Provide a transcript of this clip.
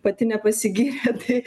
pati nepasigyrė tai